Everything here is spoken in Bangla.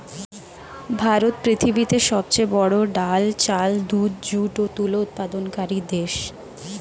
ভারত পৃথিবীতে সবচেয়ে বড়ো ডাল, চাল, দুধ, যুট ও তুলো উৎপাদনকারী দেশ